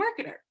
marketer